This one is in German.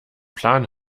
plan